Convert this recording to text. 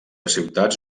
ciutats